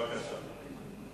בבקשה.